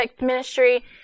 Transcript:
ministry